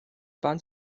band